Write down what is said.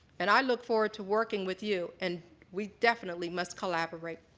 and i look forward to working with you and we definitely must collaborate.